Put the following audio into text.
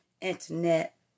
internet